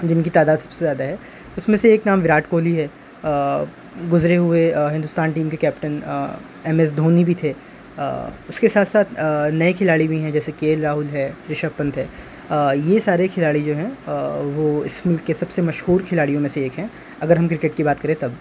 جن کی تعداد سب سے زیادہ ہے اس میں سے ایک نام ویراٹ کوہلی ہے گزرے ہوئے ہندوستان ٹیم کے کیپٹن ایم ایس دھونی بھی تھے اس کے ساتھ ساتھ نئے کھلاڑی بھی ہیں جیسے کے ایل راہل ہے ریشب پنتھ ہے یہ سارے کھلاڑی جو ہیں وہ اس مل کے سب سے مشہور کھلاڑیوں میں سے ایک ہیں اگر ہم کرکٹ کی بات کریں تب